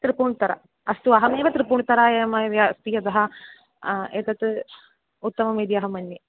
त्रिपुण्तरा अस्तु अहमेव त्रिपुण्तरायामेव अस्ति यतः एतत् उत्तममिति अहं मन्ये